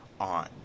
on